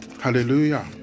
Hallelujah